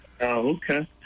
okay